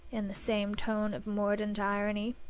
in the same tone of mordant irony.